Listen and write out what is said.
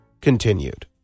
continued